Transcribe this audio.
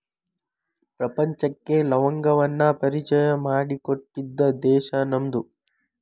ಪ್ರಪಂಚಕ್ಕೆ ಲವಂಗವನ್ನಾ ಪರಿಚಯಾ ಮಾಡಿಕೊಟ್ಟಿದ್ದ ದೇಶಾ ನಮ್ದು